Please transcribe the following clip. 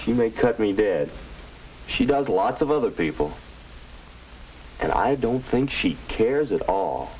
she may cut me dead she does lots of other people and i don't think she cares at all